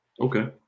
okay